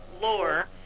lore